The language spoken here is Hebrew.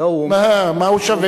מה הוא שווה?